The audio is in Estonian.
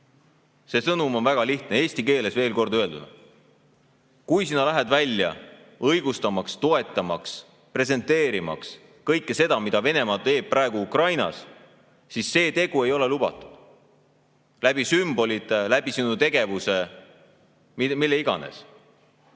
See sõnum on väga lihtne, eesti keeles veel kord öelduna: kui sina lähed välja õigustamaks, toetamaks, presenteerimaks kõike seda, mida Venemaa teeb praegu Ukrainas, siis see tegu ei ole lubatud. Ei ole lubatud läbi sümbolite, läbi sinu tegevuse – mille iganes.